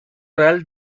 real